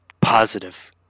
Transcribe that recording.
positive